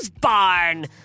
barn